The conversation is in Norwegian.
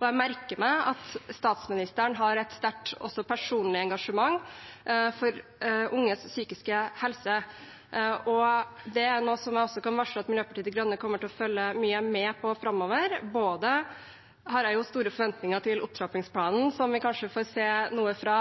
Jeg merker meg at statsministeren har et sterkt også personlig engasjement for unges psykiske helse. Det er noe jeg også kan varsle at Miljøpartiet De Grønne kommer til å følge mye med på framover. Jeg har store forventninger til opptrappingsplanen, som vi kanskje får se noe fra